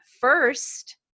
first